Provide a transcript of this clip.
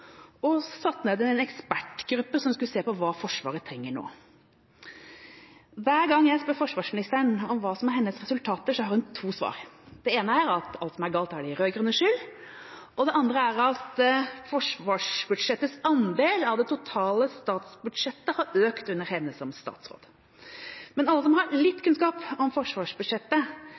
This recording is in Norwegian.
og satte ned en ekspertgruppe som skulle se på hva Forsvaret trenger nå. Hver gang jeg spør forsvarsministeren om hva som er hennes resultater, har hun to svar. Det ene er at alt som er galt, er de rød-grønnes skyld. Det andre er at forsvarsbudsjettets andel av det totale statsbudsjettet har økt under henne som statsråd. Men alle som har litt kunnskap om forsvarsbudsjettet,